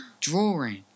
Drawing